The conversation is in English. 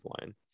line